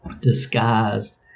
disguised